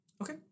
Okay